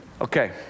Okay